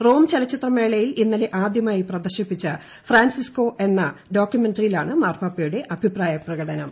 Rome ചലച്ചിത്രമേളയിൽ ഇന്നലെ ആദ്യമായി പ്രദർശിപ്പിച്ച ഫ്രാൻസിസ്കോ എന്ന ഡോക്യുമെന്ററിയിലാണ് മാർപ്പാപ്പയുടെ അഭിപ്രായ പ്രകടനം